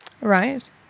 Right